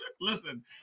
Listen